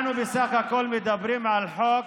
אנחנו בסך הכול מדברים על חוק